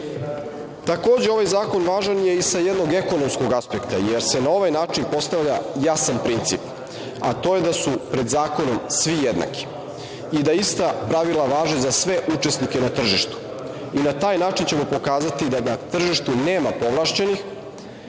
prste. Takođe, ovaj zakon važan je i sa jednog ekonomskog aspekta, jer se na ovaj način postavlja jasan princip, a to je da su pred zakonom svi jednaki i da ista pravila važe za sve učesnike na tržištu i na taj način ćemo pokazati da na tržištu nema povlašćenih